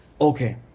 okay